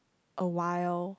awhile